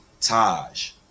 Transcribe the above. Taj